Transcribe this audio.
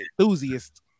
enthusiast